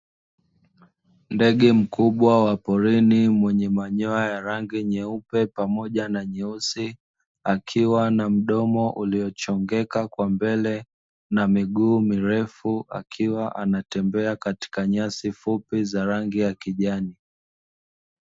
Ndege mkubwa wa porini mwenye manyoya ya rangi nyeupe pamoja na nyeusi, akiwa na mdomo uliochongeka kwa mbele na miguu mirefu, akiwa anatembea katika nyasi fupi za rangi ya kijani.